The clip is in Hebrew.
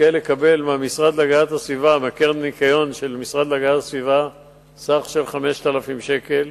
יזכה לקבל מקרן הניקיון של המשרד להגנת הסביבה סכום של 5,000 שקל,